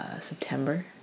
September